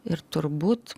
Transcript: ir turbūt